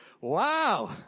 wow